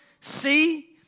See